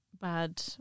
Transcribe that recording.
bad